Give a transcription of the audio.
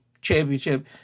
championship